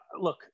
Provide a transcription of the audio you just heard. look